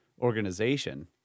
organization